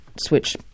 switch